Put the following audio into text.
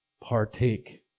partake